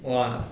!wah!